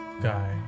guy